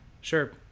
Sure